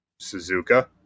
Suzuka